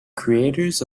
creators